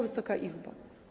Wysoka Izbo!